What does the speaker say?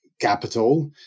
capital